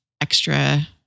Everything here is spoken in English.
extra